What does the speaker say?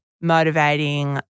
motivating